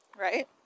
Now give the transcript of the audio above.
Right